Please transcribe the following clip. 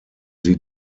sie